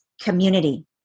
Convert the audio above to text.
community